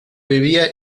vivía